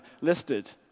listed